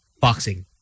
boxing